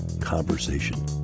conversation